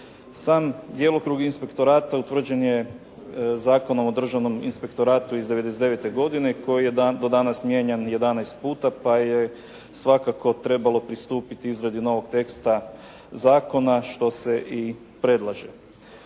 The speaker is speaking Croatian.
Sam djelokrug inspektorata utvrđen je Zakonom o državnom inspektoratu iz 1999. godine koji je dan, do danas mijenjan 11 puta pa je svakako trebalo pristupiti izradi novog teksta zakona što se i predlaže.